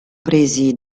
presi